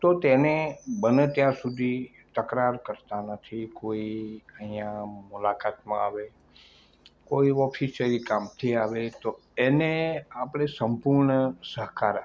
તો તેને બને ત્યાં સુધી તકરાર કરતા નથી કોઈ અહીંયા મુલાકાતમાં આવે કોઈ ઓફિશ્યલી કામથી આવે તો એને આપણે સંપૂર્ણ સહકાર આપીએ છીએ